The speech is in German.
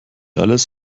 alles